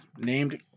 named